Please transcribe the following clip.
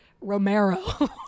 Romero